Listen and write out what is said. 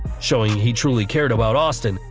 showing he truly cared about austin,